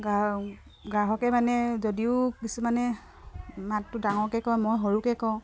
গ্ৰাহকে মানে যদিও কিছুমানে মাতটো ডাঙৰকে কয় মই সৰুকে কওঁ